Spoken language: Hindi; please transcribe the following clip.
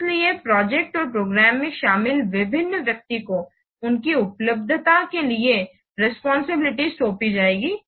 इसलिए प्रोजेक्ट और प्रोग्राम में शामिल विभिन्न व्यक्ति को उनकी उपलब्धि के लिए रेस्पॉन्सिबिलिटीज़ सौंपी जाएंगी